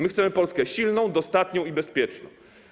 My chcemy Polskę silną, dostatnią i bezpieczną.